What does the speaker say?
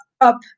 up